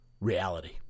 Reality